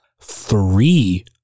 three